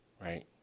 right